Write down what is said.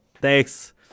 thanks